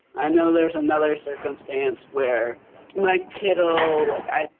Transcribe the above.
i know there's another circumstance where my kiddo, like i.